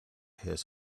his